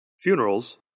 Funerals